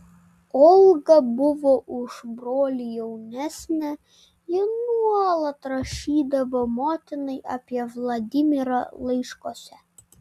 olga buvo už brolį jaunesnė ji nuolat rašydavo motinai apie vladimirą laiškuose